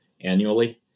annually